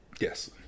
Yes